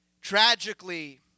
Tragically